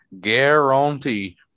Guarantee